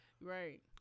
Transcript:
Right